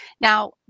Now